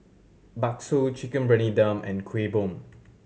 bakso Chicken Briyani Dum and Kuih Bom